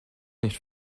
nicht